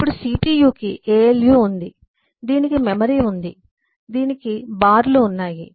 ఇప్పుడు CPU కి ALU ఉంది దీనికి మెమరీ ఉంది దీనికి బార్లు ఉన్నాయి